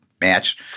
match